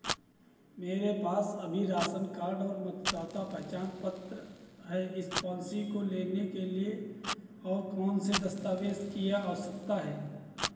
मेरे पास अभी रासन कार्ड और मतदाता पहचान पत्र है इस पॉलिसी को लेने के लिए और कौन से दस्तावेज की आवश्यकता है